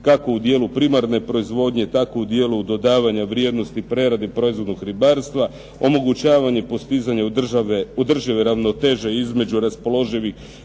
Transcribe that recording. kako u dijelu primarne proizvodnje, tako u dijelu dodavanja vrijednosti prerade proizvodnog ribarstva, omogućavanje postizanja održive ravnoteže između raspoloživih